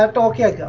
ok